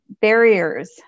barriers